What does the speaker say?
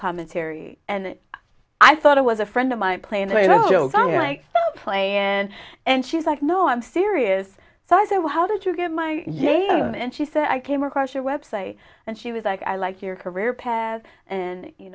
commentary and i thought it was a friend of my play and like play and and she's like no i'm serious so i said well how did you get my name and she said i came across your website and she was like i like your career path and you